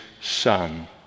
Son